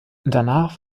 danach